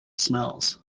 smells